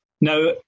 Now